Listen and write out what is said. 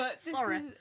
Sorry